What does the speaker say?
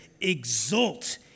exult